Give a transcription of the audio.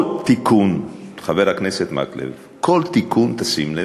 כל תיקון, חבר הכנסת מקלב, כל תיקון, תשים לב,